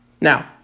Now